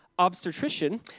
obstetrician